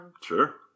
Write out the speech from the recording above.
sure